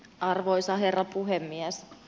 arvoisa herra puhemies